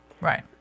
right